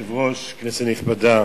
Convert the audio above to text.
אדוני היושב-ראש, כנסת נכבדה,